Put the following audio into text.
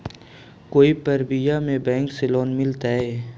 कोई परबिया में बैंक से लोन मिलतय?